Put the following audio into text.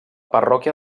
parròquia